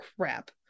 crap